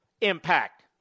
impact